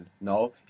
No